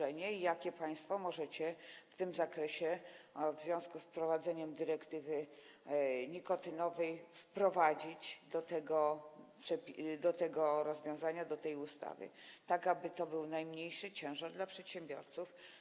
I jakie państwo możecie w tym zakresie w związku z wprowadzeniem dyrektywy nikotynowej wprowadzić zmiany do tego rozwiązania, do tej ustawy, tak aby to był najmniejszy ciężar dla przedsiębiorców?